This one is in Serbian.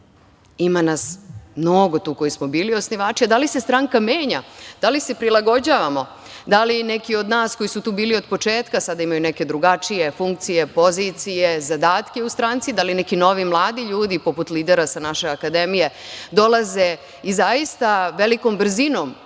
ima nas mnogo tu koji smo bili osnivači. Da li se stranka menja, da li se prilagođavamo, da li neki od nas koji su tu bili od početka, sada imaju neke drugačije funkcije, pozicije, zadatke u stranci, da li neki novi mladi ljudi, poput lidera sa naše akademije, dolaze, i zaista, velikom brzinom,